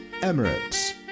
Emirates